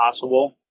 possible